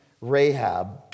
Rahab